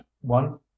one